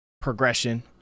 progression